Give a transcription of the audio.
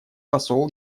посол